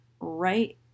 right